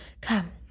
Come